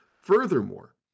Furthermore